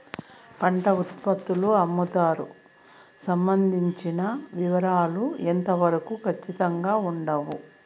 పంట ఉత్పత్తుల అమ్ముతారు సంబంధించిన వివరాలు ఎంత వరకు ఖచ్చితంగా ఉండదు?